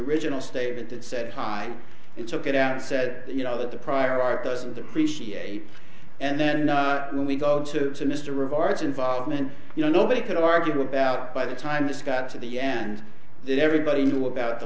original statement that said time it took it out and said you know that the prior art doesn't appreciate and then we go to mr regards involvement you know nobody could argue about by the time this got to the end that everybody knew about the